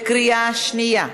בקריאה שנייה.